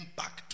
back